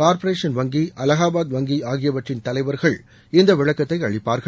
corporation வங்கி அலகாபாத் வங்கி ஆகியவற்றின் தலைவர்கள் இந்த விளக்கத்தை அளிப்பார்கள்